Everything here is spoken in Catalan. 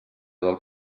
del